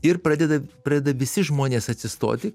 ir pradeda pradeda visi žmonės atsistoti